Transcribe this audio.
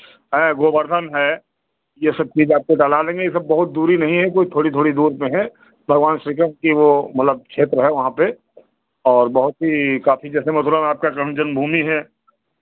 ये गोवर्धन है ये सब चीज़ आपको टहला देंगे ये सब बहुत दूरी नहीं है कोई थोड़ी थोड़ी दूर में हैं भगवान श्री कृष्ण की वो मतलब क्षेत्र है वहाँ पे और बहुत ही काफी जैसे मथुरा में आपका कृष्ण जन्मभूमि है